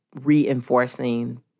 reinforcing